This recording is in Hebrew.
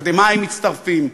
אקדמאים מצטרפים.